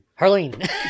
Harleen